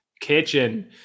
Kitchen